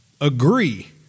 agree